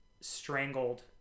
strangled